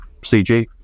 CG